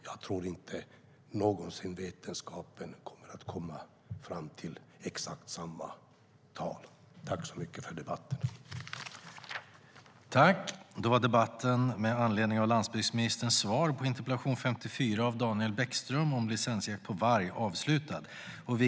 Jag tror inte att vetenskapen någonsin kommer att komma fram till exakt rätt antal.